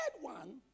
one